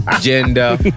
gender